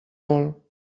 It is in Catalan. vol